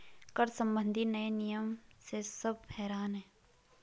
कर संबंधी नए नियम से सब हैरान हैं